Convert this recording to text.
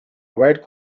red